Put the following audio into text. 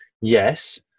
Yes